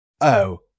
Oh